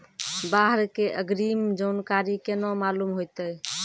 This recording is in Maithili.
बाढ़ के अग्रिम जानकारी केना मालूम होइतै?